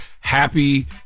Happy